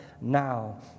now